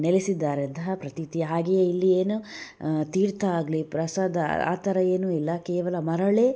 ನೆಲೆಸಿದ್ದಾರಂತಹ ಪ್ರತೀತಿ ಹಾಗೆಯೇ ಇಲ್ಲಿ ಏನು ತೀರ್ಥ ಆಗಲಿ ಪ್ರಸಾದ ಆ ಥರ ಏನು ಇಲ್ಲ ಕೇವಲ ಮರಳೇ